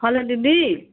हलो दिदी